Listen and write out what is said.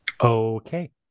Okay